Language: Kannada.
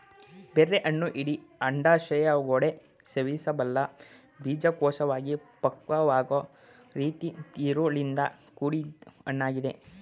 ಬೆರ್ರಿಹಣ್ಣು ಇಡೀ ಅಂಡಾಶಯಗೋಡೆ ಸೇವಿಸಬಲ್ಲ ಬೀಜಕೋಶವಾಗಿ ಪಕ್ವವಾಗೊ ರೀತಿ ತಿರುಳಿಂದ ಕೂಡಿದ್ ಹಣ್ಣಾಗಿದೆ